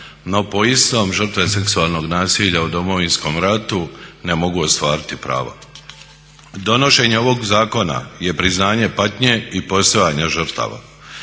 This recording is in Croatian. no po istom žrtve seksualnog nasilja u Domovinskom ratu ne mogu ostvariti pravo. Donošenje ovog zakona je priznanje patnje i postojanje žrtava.